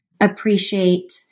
appreciate